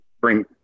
bring